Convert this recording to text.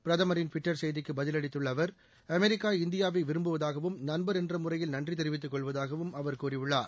பிரதமரின் ட்விட்டர் செய்திக்கு பதிலளித்துள்ள அவர் அமெரிக்கா இந்தியாவை விரும்புவதாகவும் நண்பர் என்ற முறையில் நன்றி தெரிவித்துக் கொள்வதாகவும் அவர் கூறியுள்ளார்